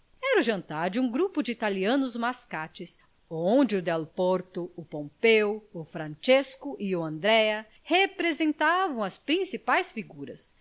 era o jantar de um grupo de italianos mascates onde o delporto o pompeo o francesco e o andréa representavam as principais figuras